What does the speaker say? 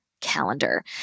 calendar